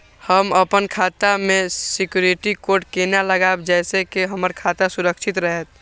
हम अपन खाता में सिक्युरिटी कोड केना लगाव जैसे के हमर खाता सुरक्षित रहैत?